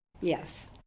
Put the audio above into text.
yes